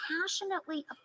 passionately